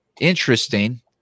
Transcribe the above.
interesting